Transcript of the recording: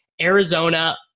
Arizona